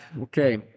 Okay